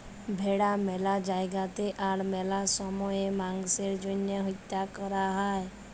ভেড়া ম্যালা জায়গাতে আর ম্যালা সময়ে মাংসের জ্যনহে হত্যা ক্যরা হ্যয়